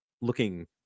looking